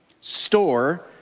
Store